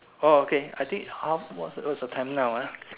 orh okay I think half what's the what is the time now ah